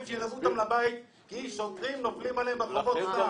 שילוו אותם לבית כי שוטרים נופלים עליהם ברחובות.